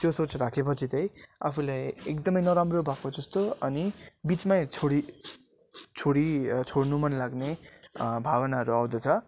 त्यो सोच राखेपछि चाहिँ आफूले एकदमै नराम्रो भएको जस्तो अनि बिचमै छोडिछोडि छोडनु मन लाग्ने भावनाहरू आउँदछ